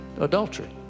adultery